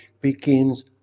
begins